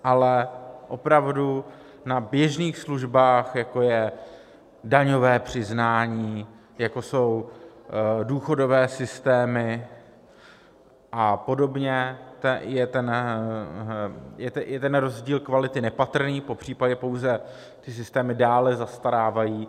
Ale opravdu na běžných službách, jako je daňové přiznání, jako jsou důchodové systémy a podobně, je ten rozdíl kvality nepatrný, popř. pouze ty systémy dále zastarávají.